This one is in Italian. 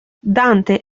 dante